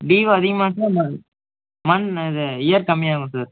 due அதிகமாச்சுன்னா நா மன் அது இயர் கம்மியாகும் சார்